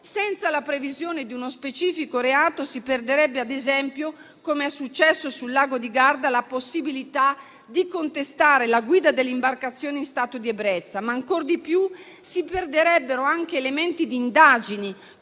Senza la previsione di uno specifico reato si perderebbe, ad esempio, com'è successo sul lago di Garda, la possibilità di contestare la guida dell'imbarcazione in stato di ebbrezza, ma ancor di più si perderebbero anche elementi di indagini,